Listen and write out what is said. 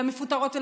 למפוטרות,